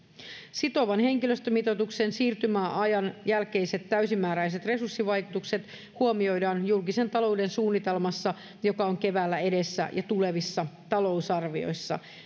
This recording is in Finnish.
sitovan henkilöstömitoituksen siirtymäajan jälkeiset täysimääräiset resurssivaikutukset huomioidaan julkisen talouden suunnitelmassa joka on keväällä edessä ja tulevissa talousarvioissa